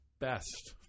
best